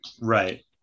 right